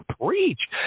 preach